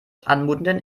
anmutenden